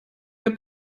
der